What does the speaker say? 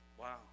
Wow